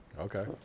Okay